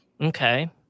Okay